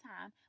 time